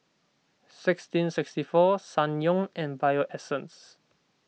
sixteen sixty four Ssangyong and Bio Essence